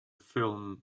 film